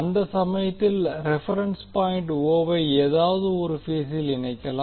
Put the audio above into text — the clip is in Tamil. அந்த சமயத்தில் ரெபெரென்ஸ் பாயிண்ட் o வை ஏதாவது ஒரு பேசில் இணைக்கலாம்